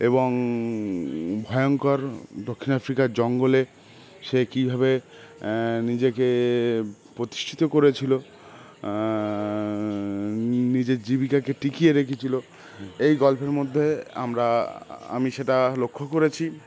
এবং ভয়ংকর দক্ষিণ আফ্রিকার জঙ্গলে সে কীভাবে নিজেকে প্রতিষ্ঠিত করেছিলো নিজের জীবিকাকে টিকিয়ে রেখেছিলো এই গল্পের মধ্যে আমরা আমি সেটা লক্ষ্য করেছি